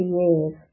years